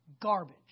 garbage